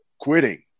quitting